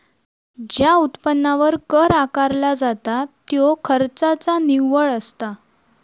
ज्या उत्पन्नावर कर आकारला जाता त्यो खर्चाचा निव्वळ असता